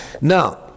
Now